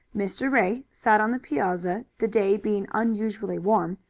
mr. ray sat on the piazza, the day being unusually warm,